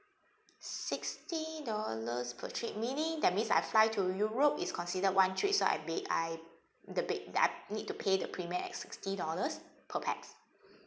sixty dollars per trip meaning that means I fly to europe is considered one trip so I ba~ I the ba~ I need to pay the premium at sixty dollars per pax